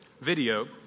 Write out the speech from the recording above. video